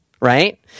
right